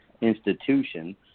institution